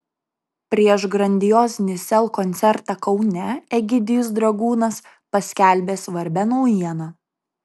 prieš grandiozinį sel koncertą kaune egidijus dragūnas paskelbė svarbią naujieną